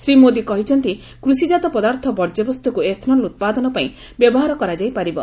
ଶ୍ରୀ ମୋଦି କହିଛନ୍ତି କୃଷିଜାତ ପଦାର୍ଥ ବର୍ଜ୍ୟବସ୍ତୁକୁ ଏଥ୍ନଲ୍ ଉତ୍ପାଦନ ପାଇଁ ବ୍ୟବହାର କରାଯାଇପାରିବ